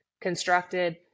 constructed